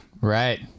right